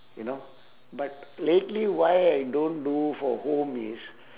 you know but lately why I don't do for home is